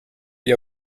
gli